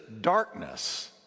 darkness